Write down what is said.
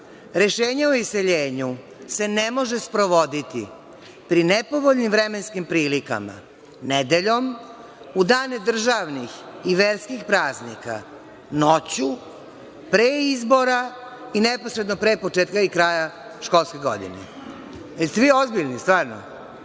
Rešenje o iseljenju se ne može sprovoditi pri nepovoljnim vremenskim prilikama nedeljom, u dane državnih i verskih praznika, noću, pre izbora i neposredno pre početka i kraja školske godine. Jeste li vi ozbiljni? Stvarno?